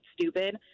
stupid